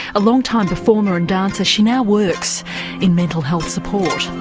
a long time performer and dancer, she now works in mental health support.